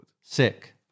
sick